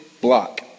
block